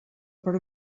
per